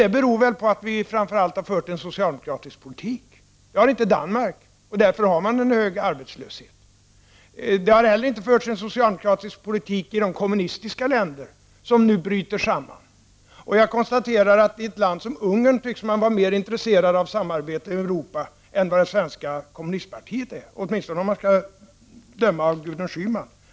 Det beror väl på att vi har fört en socialdemokratisk politik. Det har inte Danmark gjort, och därför har man hög arbetslöshet. Det har inte heller förts en socialdemokratisk politik i de kommunistiska länderna, som nu bryter samman. Jag konstaterar att man i ett land som Ungern tycks vara mera intresserad av samarbetet med Europa än vad det svenska kommunistpartiet är, åtminstone att döma av Gudrun Schymans inlägg.